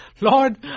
Lord